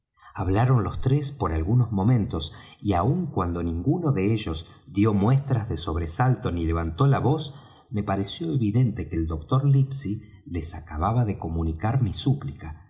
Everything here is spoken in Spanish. hablaron los tres por algunos momentos y aun cuando ninguno de ellos dió muestras de sobresalto ni levantó la voz me pareció evidente que el doctor livesey les acababa de comunicar mi súplica